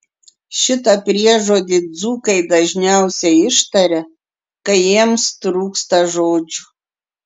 šitą priežodį dzūkai dažniausiai ištaria kai jiems trūksta žodžių